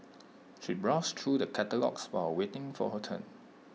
she browsed through the catalogues while waiting for her turn